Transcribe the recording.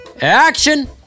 Action